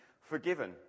forgiven